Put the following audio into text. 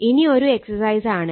ഇനി ഇത് ഒരു എക്സസൈസ് ആണ്